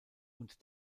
und